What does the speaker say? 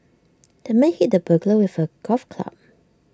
the man hit the burglar with A golf club